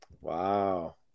Wow